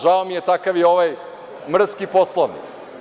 Žao mi je, takav je ovaj mrski Poslovnik.